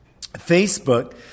Facebook